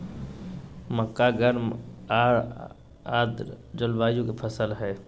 मक्का गर्म आर आर्द जलवायु के फसल हइ